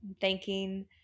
Thanking